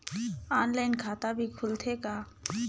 Online खाता भी खुलथे का?